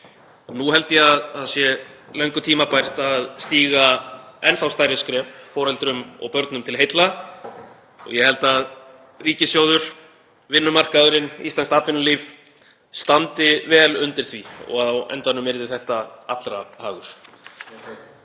Nú held ég að það sé löngu tímabært að stíga enn stærri skref, foreldrum og börnum til heilla, og ég held að ríkissjóður, vinnumarkaðurinn og íslenskt atvinnulíf standi vel undir því og á endanum yrði þetta allra hagur.